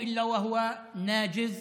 כלומר מי שחייבים כסף,